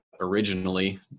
originally